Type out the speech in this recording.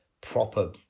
proper